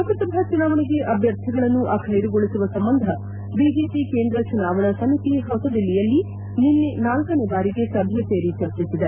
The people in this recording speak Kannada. ಲೋಕಸಭಾ ಚುನಾವಣೆಗೆ ಅಭ್ವರ್ಥಿಗಳನ್ನು ಅಬ್ಬೆರುಗೊಳಿಸುವ ಸಂಬಂಧ ಬಿಜೆಪಿ ಕೇಂದ್ರ ಚುನಾವಣಾ ಸಮಿತಿ ಹೊಸದಿಲ್ಲಿಯಲ್ಲಿ ನಿನ್ನೆ ನಾಲ್ತನೇ ಭಾರಿಗೆ ಸಭೆ ಸೇರಿ ಚರ್ಚಿಸಿದೆ